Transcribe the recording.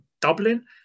Dublin